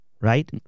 right